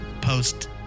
post